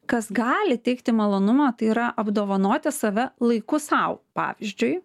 kas gali teikti malonumą tai yra apdovanoti save laiku sau pavyzdžiui